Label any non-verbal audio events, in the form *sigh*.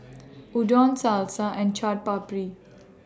*noise* Udon Salsa and Chaat Papri